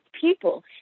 people